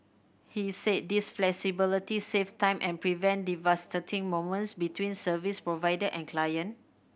he say this flexibility save time and prevent devastating moments between service provider and client